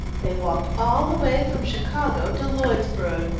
they walked all the way from chicago to lloydsborough,